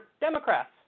Democrats